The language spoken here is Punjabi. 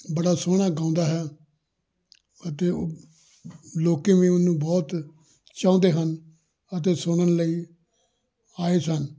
ਬੜਾ ਸੋਹਣਾ ਗਾਉਂਦਾ ਹੈ ਅਤੇ ਲੋਕ ਵੀ ਉਹਨੂੰ ਬਹੁਤ ਚਾਹੁੰਦੇ ਹਨ ਅਤੇ ਸੁਣਨ ਲਈ ਆਏ ਸਨ